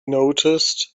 noticed